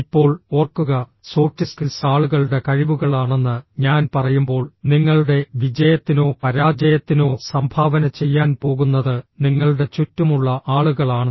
ഇപ്പോൾ ഓർക്കുക soft skills ആളുകളുടെ കഴിവുകളാണെന്ന് ഞാൻ പറയുമ്പോൾ നിങ്ങളുടെ വിജയത്തിനോ പരാജയത്തിനോ സംഭാവന ചെയ്യാൻ പോകുന്നത് നിങ്ങളുടെ ചുറ്റുമുള്ള ആളുകളാണ്